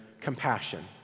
compassion